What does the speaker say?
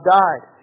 died